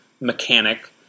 mechanic